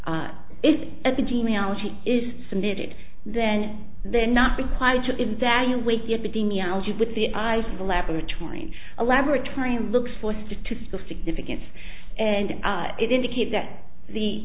that the genealogy is submitted then they're not required to evaluate the epidemiology with the eyes of the laboratory and a laboratory looks for statistical significance and it indicates that the